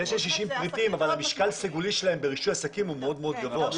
אלה 60 פריטים אבל המשקל הסגולי שלהם ברישוי עסקים הוא מאוד מאוד גבוה.